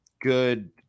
good